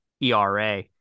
ERA